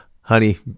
honey